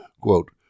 Quote